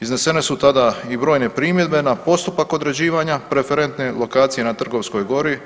Iznesene su tada i brojne primjedbe na postupak određivanja preferentne lokacije na Trgovskoj gori,